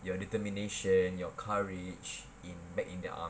your determination your courage in back in the army